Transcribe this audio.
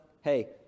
hey